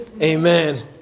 Amen